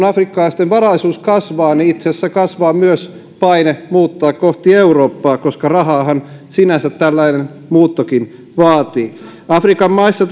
afrikkalaisten varallisuus kasvaa itse asiassa kasvaa myös paine muuttaa kohti eurooppaa koska rahaahan sinänsä tällainen muuttokin vaatii afrikan maissa